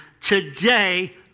today